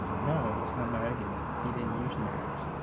no, that's not my argument. he didn't use maps.